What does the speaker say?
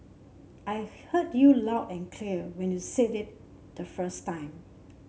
I heard you loud and clear when you said it the first time